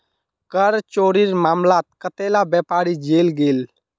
कर चोरीर मामलात कतेला व्यापारी जेल गेल